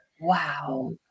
Wow